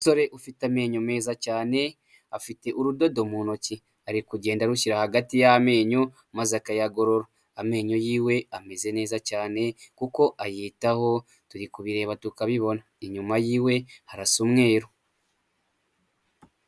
Umusore ufite amenyo meza cyane, afite urudodo mu ntoki ari kugenda arushyira hagati y'amenyo maze akayagorora, Amenyo yiwe ameze neza cyane kuko ayitaho turi kubireba tukabibona, inyuma yiwe harasa umweru.